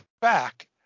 back